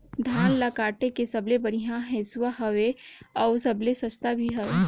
धान ल काटे के सबले बढ़िया हंसुवा हवये? अउ सबले सस्ता भी हवे?